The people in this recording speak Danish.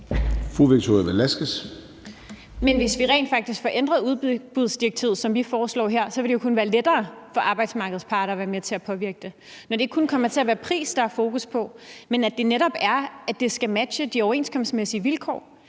hvis vi rent faktisk får ændret udbudsdirektivet, som vi foreslår her, vil det jo kun være lettere for arbejdsmarkedets parter at være med til at påvirke det, altså når det ikke kun kommer til at være pris, der er fokus på, men det netop er, at det skal matche de overenskomstmæssige vilkår,